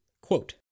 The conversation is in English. Quote